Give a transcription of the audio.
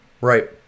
Right